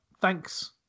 thanks